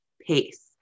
pace